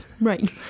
Right